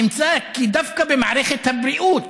נמצא כי דווקא במערכת הבריאות